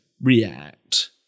react